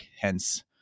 Hence